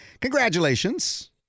congratulations